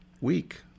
week